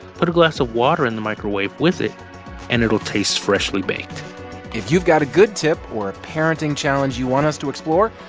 put a glass of water in the microwave with it and it'll taste freshly baked if you've got a good tip or a parenting challenge you want us to explore,